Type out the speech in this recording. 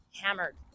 hammered